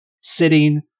sitting